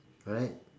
alright